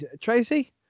Tracy